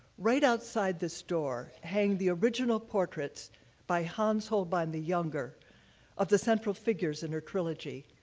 right outside this door hang the original portraits by hans holbein the younger of the central figures in her trilogy,